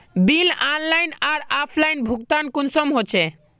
Bill online आर offline भुगतान कुंसम होचे?